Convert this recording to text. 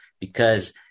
because-